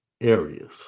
areas